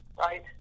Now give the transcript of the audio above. right